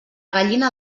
gallina